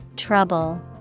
Trouble